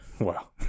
Wow